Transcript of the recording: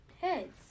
heads